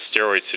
steroids